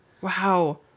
Wow